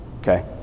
okay